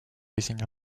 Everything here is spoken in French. désigne